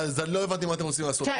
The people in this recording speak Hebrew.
לא הבנתי מה אתם רוצים לעשות.